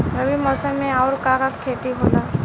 रबी मौसम में आऊर का का के खेती होला?